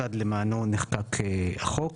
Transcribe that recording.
המוסד למענו נחקק החוק.